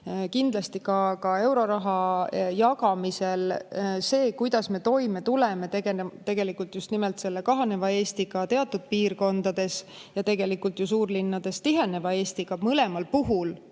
Kindlasti ka euroraha jagamisel see, kuidas me toime tuleme, tegelikult just nimelt selle kahaneva Eesti teatud piirkondades ja suurlinnades tiheneva Eestiga, mõlemal puhul